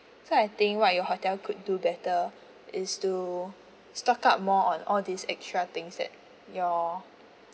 so I think what your hotel could do better is to stock up more on all these extra things that your